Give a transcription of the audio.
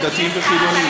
על דתיים וחילונים.